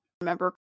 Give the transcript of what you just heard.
remember